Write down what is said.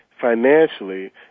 financially